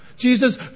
Jesus